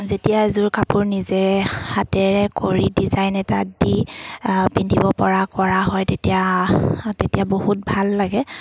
যেতিয়া এযোৰ কাপোৰ নিজে হাতেৰে কৰি ডিজাইন এটা দি পিন্ধিব পৰা কৰা হয় তেতিয়া তেতিয়া বহুত ভাল লাগে